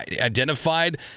identified